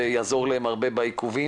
זה יעזור להם הרבה בעיכובים.